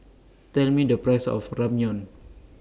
Tell Me The Price of Ramyeon